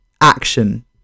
action